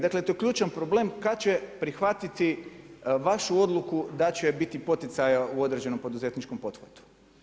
Dakle tu je ključan problem kada će prihvatiti vašu odluku da će biti poticaja u određenom poduzetničkom pothvatu.